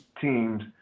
teams